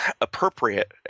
appropriate